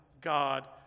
God